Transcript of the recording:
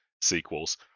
sequels